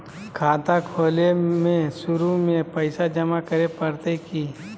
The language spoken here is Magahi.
खाता खोले में शुरू में पैसो जमा करे पड़तई की?